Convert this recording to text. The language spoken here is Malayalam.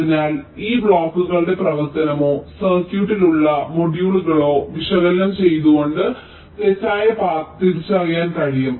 അതിനാൽ ഈ ബ്ലോക്കുകളുടെ പ്രവർത്തനമോ സർക്യൂട്ടിൽ ഉള്ള മൊഡ്യൂളുകളോ വിശകലനം ചെയ്തുകൊണ്ട് തെറ്റായ പാത തിരിച്ചറിയാൻ കഴിയും